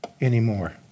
anymore